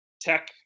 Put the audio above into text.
Tech